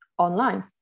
Online